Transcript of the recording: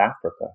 Africa